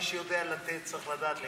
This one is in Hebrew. מי שיודע לתת, צריך לדעת לקבל.